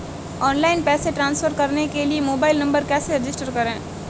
Online पैसे transfer करने के लिए मोबाइल नंबर कैसे रजिस्टर करें?